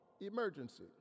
emergency